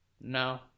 No